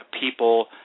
people